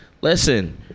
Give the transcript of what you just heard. Listen